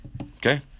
Okay